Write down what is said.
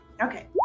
Okay